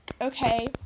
okay